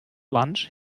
lunch